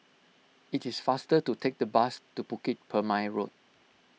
it is faster to take the bus to Bukit Purmei Road